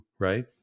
right